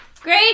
Great